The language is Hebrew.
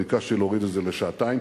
ביקשתי להוריד את זה לשעתיים.